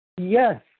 Yes